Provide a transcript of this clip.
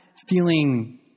feeling